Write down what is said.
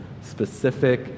specific